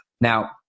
now